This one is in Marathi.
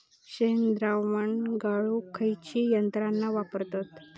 शेणद्रावण गाळूक खयची यंत्रणा वापरतत?